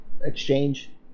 exchange